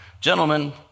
gentlemen